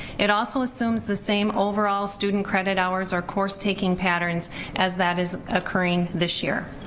it also assumes the same overall student credit hours or course taking patterns as that is occurring this year.